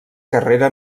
carrera